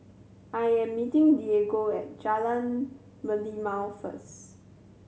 I am meeting Diego at Jalan Merlimau first